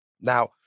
Now